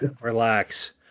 Relax